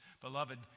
Beloved